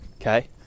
Okay